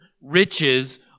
riches